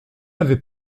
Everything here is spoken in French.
avait